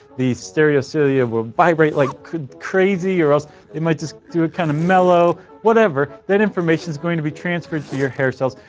the stereocilia will vibrate like crazy or else it might just do it kinda mellow, whatever. that information is going to be transferred to your hair cells,